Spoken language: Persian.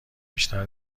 بیشتر